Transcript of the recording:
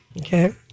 Okay